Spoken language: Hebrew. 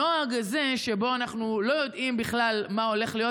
הנוהג הזה שבו אנחנו לא יודעים בכלל מה הולך להיות,